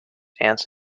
ants